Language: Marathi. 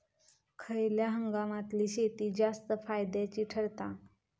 खयल्या हंगामातली शेती जास्त फायद्याची ठरता?